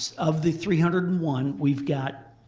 of the three hundred and one, we've got.